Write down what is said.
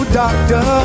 doctor